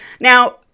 Now